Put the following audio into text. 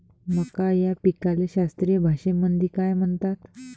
मका या पिकाले शास्त्रीय भाषेमंदी काय म्हणतात?